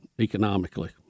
economically